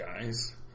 guys